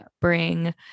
bring